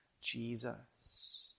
Jesus